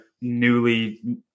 newly